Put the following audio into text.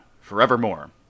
forevermore